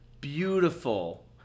beautiful